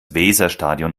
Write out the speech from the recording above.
weserstadion